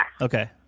Okay